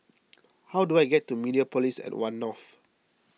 how do I get to Mediapolis at one North